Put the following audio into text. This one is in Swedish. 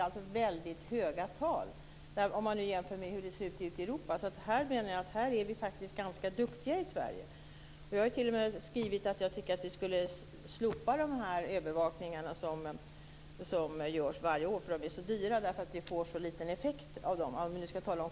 Det kan man också göra, men måste stå stor del av transporttrafiken gå på vägarna?